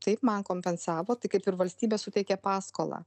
taip man kompensavo tai kaip ir valstybė suteikė paskolą